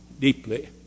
deeply